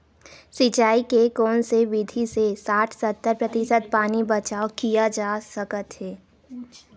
सिंचाई के कोन से विधि से साठ सत्तर प्रतिशत पानी बचाव किया जा सकत हे?